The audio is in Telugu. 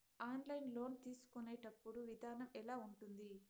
ఆన్లైన్ లోను తీసుకునేటప్పుడు విధానం ఎలా ఉంటుంది